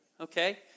Okay